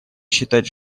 считать